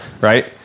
right